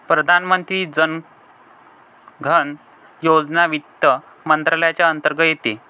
प्रधानमंत्री जन धन योजना वित्त मंत्रालयाच्या अंतर्गत येते